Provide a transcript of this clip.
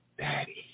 daddy